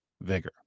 vigor